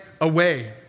away